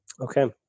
Okay